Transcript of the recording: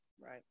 Right